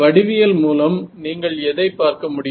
வடிவியல் மூலம் நீங்கள் எதைப் பார்க்க முடியும்